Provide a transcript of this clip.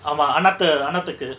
ஆமா:aama annaatha அன்னத்துக்கு:annathuku